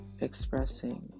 expressing